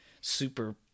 super